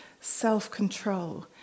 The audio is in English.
self-control